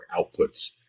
outputs